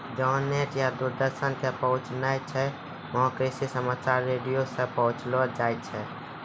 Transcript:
जहां नेट या दूरदर्शन के पहुंच नाय छै वहां कृषि समाचार रेडियो सॅ पहुंचैलो जाय छै